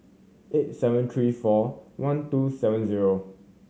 eight seven three four one two seven zero